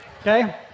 okay